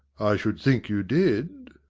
i should think you did!